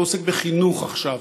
הוא עוסק בחינוך עכשיו.